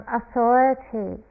authority